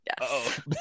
Yes